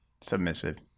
submissive